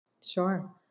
Sure